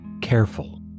careful